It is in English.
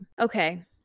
Okay